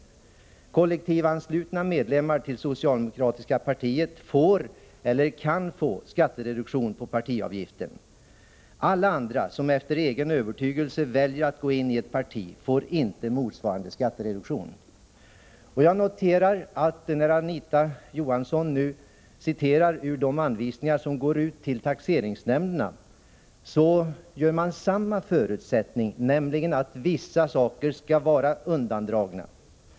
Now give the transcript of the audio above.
Medlemmar, kollektivt anslutna till det socialdemokratiska partiet, får, eller kan få, skattereduktion på partiavgiften. Alla andra som efter egen övertygelse väljer att gå in i ett parti får inte motsvarande skattereduktion. När Anita Johansson citerar ur de anvisningar som går ut till taxeringsnämnderna, noterar jag att man räknar med samma förutsättning, nämligen att vissa saker skall vara undantagna.